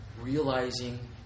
realizing